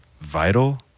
vital